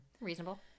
Reasonable